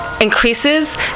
increases